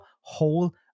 whole